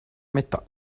metà